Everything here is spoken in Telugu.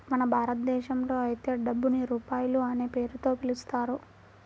మన భారతదేశంలో అయితే డబ్బుని రూపాయి అనే పేరుతో పిలుస్తారు